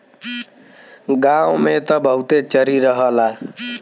गांव में त बहुते चरी रहला